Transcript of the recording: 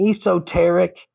esoteric